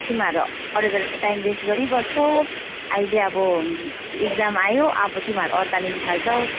तिमाहरू अरू बेला चाहिँ टाइम वेस्ट गरिबस्छौ अहिले अब इक्जाम आयो अब तिमीहरू अत्तालिनु थाल्छौ